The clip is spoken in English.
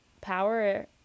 power